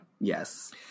Yes